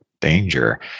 danger